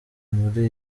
muri